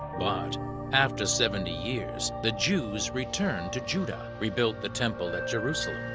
but after seventy years, the jews returned to judah, rebuilt the temple at jerusalem,